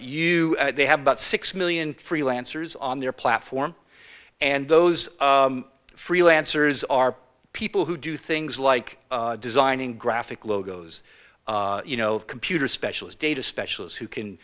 u they have about six million freelancers on their platform and those freelancers are people who do things like designing graphic logos you know computer specialist data specialists who can